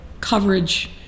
coverage